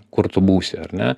kur tu būsi ar ne